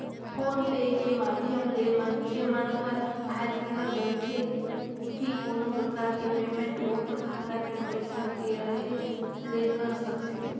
phone पे के माधियम ले मनखे मन हर आयज घर बइठे ही कोनो परकार के पेमेंट ओखर खाता मे पइसा के रहें ले कर सकथे